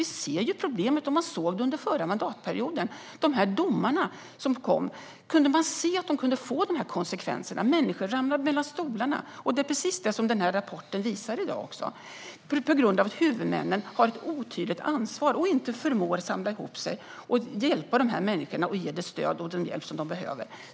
Vi ser ju problemet, och man såg det även under förra mandatperioden. Vi kunde se att de domar som kom kunde få konsekvenser, att människor faller mellan stolarna, och det är precis det som den här rapporten också visar i dag. Och det är på grund av att huvudmännen har ett otydligt ansvar och inte förmår att samla ihop sig och ge de här människorna det stöd och den hjälp som de behöver.